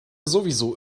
sowieso